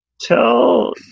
tell